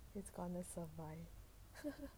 is gonna survive